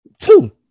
two